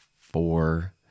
four